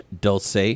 dulce